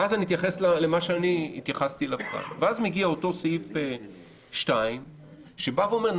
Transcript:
ואז מגיע אותו סעיף 2 שבא ואומר,